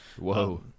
Whoa